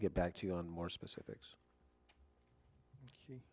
get back to you on more specifics